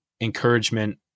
encouragement